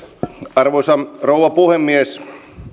arvoisa rouva puhemies